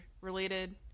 related